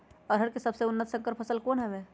अरहर के सबसे उन्नत संकर फसल कौन हव?